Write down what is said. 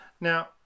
now